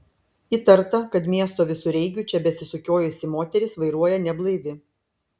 įtarta kad miesto visureigiu čia besisukiojusi moteris vairuoja neblaivi